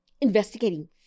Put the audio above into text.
investigating